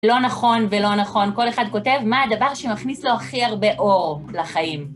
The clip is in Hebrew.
לא נכון ולא נכון, כל אחד כותב מה הדבר שמכניס לו הכי הרבה אור לחיים.